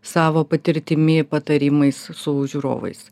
savo patirtimi patarimais su žiūrovais